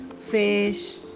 fish